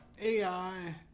AI